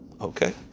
Okay